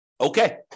Okay